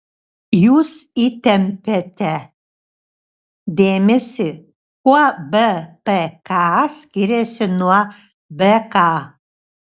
jūs įtempiate dėmesį kuo bpk skiriasi nuo bk